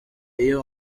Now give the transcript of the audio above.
iyo